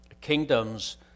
kingdoms